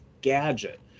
gadget